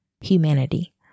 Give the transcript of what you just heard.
humanity